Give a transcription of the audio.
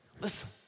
Listen